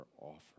offer